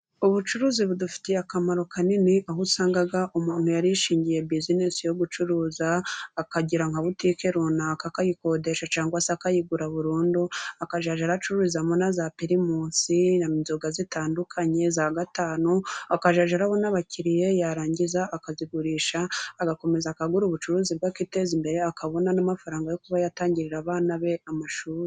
Ubucuruzi budufitiye akamaro kanini. Aho usanga umuntu yarishingiye bizinesi yo gucuruza. Akagira nka butike runaka, akayikodesha , cyangwa se akayigura burundu. Akazajya acururizamo na za pirimusi, inzoga zitandukanye za gatanu akagira n'abakiriya. Yarangiza akazigurisha, agakomeza akagura ubucuruzi bwe, akiteza imbere, akabona n'amafaranga yo kuba yatangirira abana be amashuri.